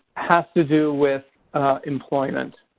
has to do with employment.